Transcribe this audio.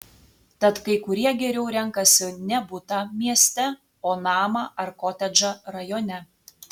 tad kai kurie geriau renkasi ne butą mieste o namą ar kotedžą rajone